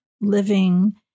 living